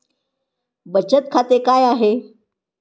बचत खाते काय आहे?